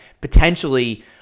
potentially